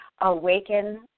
awaken